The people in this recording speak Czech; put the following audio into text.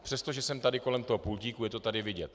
Přestože jsem tady kolem toho pultíku, je to tady vidět.